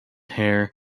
hair